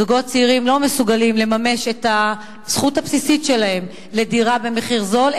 זוגות צעירים לא מסוגלים לממש את הזכות הבסיסית שלהם לדירה במחיר זול,